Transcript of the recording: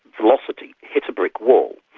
velocity, hits a brick wall.